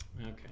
okay